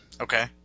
Okay